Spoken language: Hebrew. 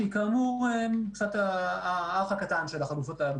שהיא כאמור קצת אח קטן של שאר החלופות.